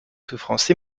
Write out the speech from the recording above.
souffrance